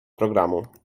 programu